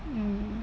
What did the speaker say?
mm